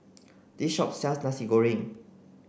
this shop sells Nasi Goreng